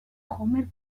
homer